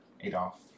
Adolf